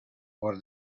por